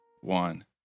one